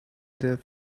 their